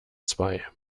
zwei